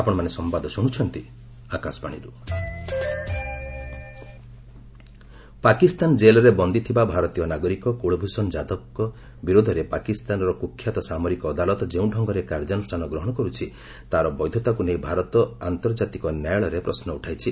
ଆଇସିକେ ଯାଦବ ପାକିସ୍ତାନ ଜେଲ୍ରେ ବନ୍ଦୀ ଥିବା ଭାରତୀୟ ନାଗରିକ କୁଳଭୂଷଣ ଯାଧବଙ୍କ ବିରୋଧରେ ପାକିସ୍ତାନର କୁଖ୍ୟାତ ସାମରିକ ଅଦାଲତ ଯେଉଁ ଢ଼ଙ୍ଗରେ କାର୍ଯ୍ୟାନୁଷାନ ଗ୍ରହଣ କରୁଛି ତାହାର ବୈଧତାକୁ ନେଇ ଭାରତ ଆନ୍ତର୍ଜାତିକ ନ୍ୟାୟାଳୟରେ ପ୍ରଶ୍ନ ଉଠାଇଛି